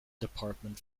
department